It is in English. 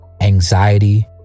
anxiety